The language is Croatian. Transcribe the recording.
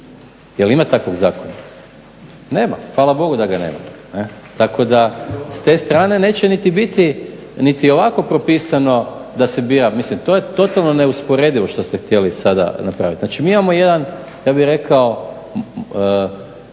Jel' ima takvog zakona? Nema. Hvala bogu da ga nema. Tako da s te strane neće niti biti niti ovako propisano da se bira. Mislim to je totalno neusporedivo što ste htjeli sada napraviti. Znači, mi imamo jedan ja bih rekao